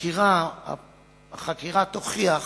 החקירה תוכיח